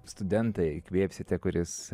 studentą įkvėpsite kuris